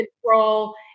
control